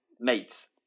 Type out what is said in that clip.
mates